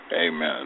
Amen